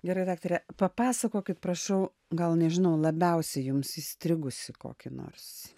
gerai daktare papasakokit prašau gal nežinau labiausiai jums įstrigusį kokį nors